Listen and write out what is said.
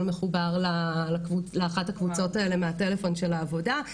מחובר לאחת הקבוצות האלה מהטלפון של העבודה.